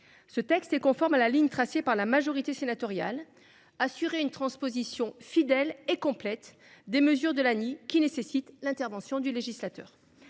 Ce texte est conforme à la ligne tracée par la majorité sénatoriale : assurer une transposition fidèle et complète des mesures de l’ANI qui nécessitent l’intervention du législateur.